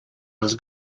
was